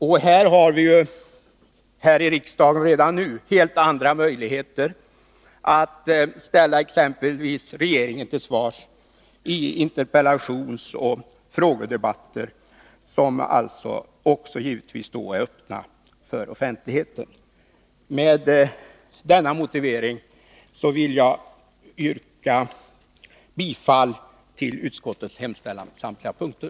Vi har här i riksdagen redan nu helt andra möjligheter att ställa regeringen till ansvar, t.ex. i interpellationsoch frågedebatter, vilka givetvis är öppna för offentligheten. Med denna motivering vill jag yrka bifall till utskottets hemställan på samtliga punkter.